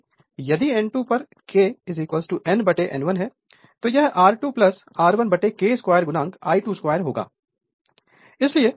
इसलिए यदि N2 पर K NN1 तो यह R2 R1K2 I22 होगा